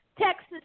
Texas